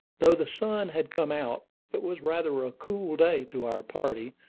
though the sun had come out, it was rather a cool day to our party,